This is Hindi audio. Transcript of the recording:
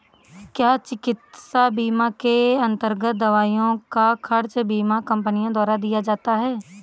क्या चिकित्सा बीमा के अन्तर्गत दवाइयों का खर्च बीमा कंपनियों द्वारा दिया जाता है?